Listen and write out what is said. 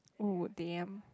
oh damn